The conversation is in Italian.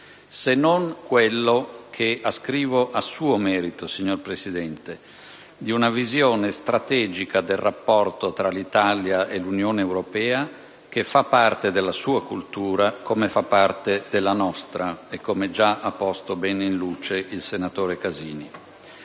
se non quello che ascrivo a suo merito, signor Presidente, di una visione strategica del rapporto tra l'Italia e l'Unione europea, che fa parte della sua cultura come della nostra, come già ha posto bene in luce il senatore Casini.